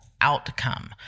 outcome